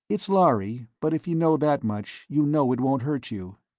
it's lhari, but if you know that much, you know it won't hurt you.